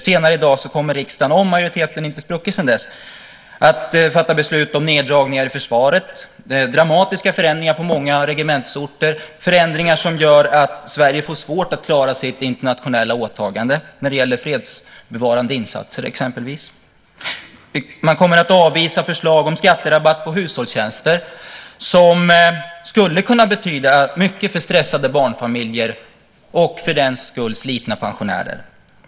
Senare i dag kommer riksdagen, om majoriteten inte spruckit innan dess, att fatta beslut om neddragningar i försvaret - dramatiska förändringar på många regementsorter, förändringar som gör att Sverige får svårt att klara sitt internationella åtagande när det gäller exempelvis fredsbevarande insatser. I samma beslut kommer man att avvisa förslag om skatterabatt på hushållstjänster, något som skulle kunna betyda mycket för stressade barnfamiljer och, för den skull, slitna pensionärer.